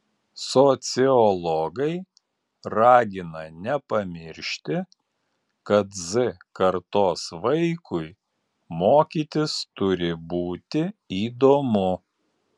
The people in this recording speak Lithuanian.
sociologai ragina nepamiršti kad z kartos vaikui mokytis turi būti įdomu